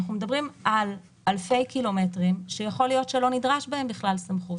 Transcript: אנחנו מדברים על אלפי קילומטרים שיכול להיות שלא נדרשת בהם בכלל סמכות.